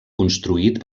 construït